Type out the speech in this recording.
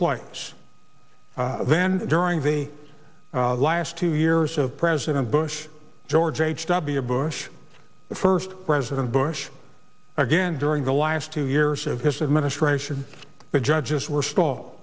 place then during the last two years of president bush george h w bush the first president bush again during the last two years of his administration the judges were stall